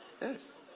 Yes